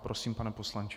Prosím, pane poslanče.